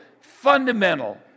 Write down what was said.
fundamental